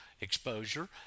exposure